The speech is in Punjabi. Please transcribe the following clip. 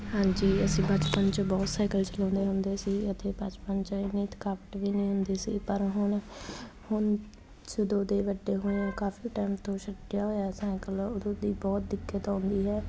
ਹਾਂਜੀ ਅਸੀਂ ਬਚਪਨ 'ਚ ਬਹੁਤ ਸਾਈਕਲ ਚਲਾਉਂਦੇ ਹੁੰਦੇ ਸੀ ਅਤੇ ਬਚਪਨ 'ਚ ਇੰਨੀ ਥਕਾਵਟ ਵੀ ਨਹੀਂ ਹੁੰਦੀ ਸੀ ਪਰ ਹੁਣ ਹੁਣ ਜਦੋਂ ਦੇ ਵੱਡੇ ਹੋਏ ਹਾਂ ਕਾਫ਼ੀ ਟਾਈਮ ਤੋਂ ਛੱਡਿਆ ਹੋਇਆ ਸੈਂਕਲ ਉਦੋਂ ਦੀ ਬਹੁਤ ਦਿੱਕਤ ਆਉਂਦੀ ਹੈ